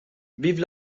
vive